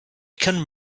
came